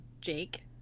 Jake